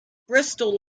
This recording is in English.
bristol